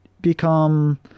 become